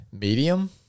Medium